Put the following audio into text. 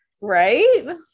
right